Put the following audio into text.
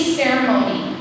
ceremony